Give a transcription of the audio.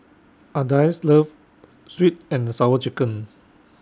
Ardyce loves Sweet and Sour Chicken